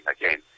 again